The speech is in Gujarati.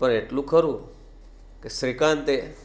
પણ એટલું ખરું કે શ્રીકાંતે